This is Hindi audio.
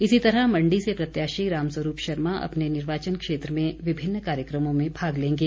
इसी तरह मण्डी से प्रत्याशी राम स्वरूप शर्मा अपने निर्वाचन क्षेत्र में विभिन्न कार्यक्रमों में भाग लेंगे